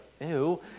ew